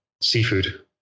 Seafood